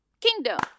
Kingdom